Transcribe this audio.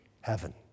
heaven